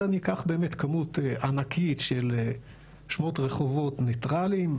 אלא ניקח באמת כמות ענקית של שמות רחובות ניטרליים,